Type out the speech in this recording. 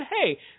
hey